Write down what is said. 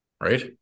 Right